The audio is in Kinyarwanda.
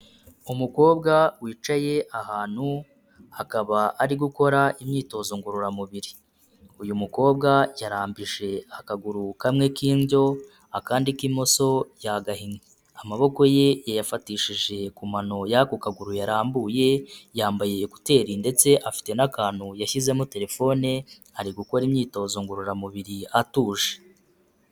Umukobwa wicaye ahantu akaba ari gukora imyitozo ngororamubiri, uyu mukobwa yarambije akaguru kamwe k'indyo akandi k'imoso yagahinnye, amaboko ye yayafatishije ku mano y'ako kaguru yarambuye, yambaye ekuteri ndetse afite n'akantu yashyizemo telefone ari gukora imyitozo ngororamubiri atuje.